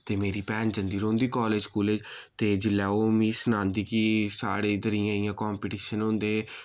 ते मेरी भैन जन्दी रौह्नदी कालेज कुलेज ते जिल्लै ओह् मि सनांदी कि साढ़े इद्धर इय्यां इय्यां कम्पटीशन होंदे